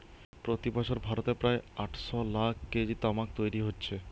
প্রতি বছর ভারতে প্রায় আটশ লাখ কেজি তামাক তৈরি হচ্ছে